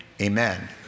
Amen